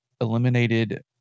eliminated